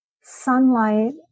sunlight